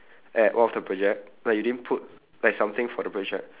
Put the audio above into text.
at one of the project like you didn't put like something for the project